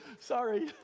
Sorry